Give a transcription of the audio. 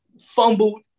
fumbled